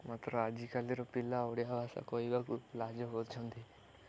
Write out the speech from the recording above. ମାତ୍ର ଆଜିକାଲିର ପିଲା ଓଡ଼ିଆ ଭାଷା କହିବାକୁ ଲାଜ କରୁଛନ୍ତି